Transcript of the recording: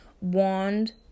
wand